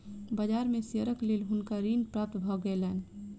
बाजार में शेयरक लेल हुनका ऋण प्राप्त भ गेलैन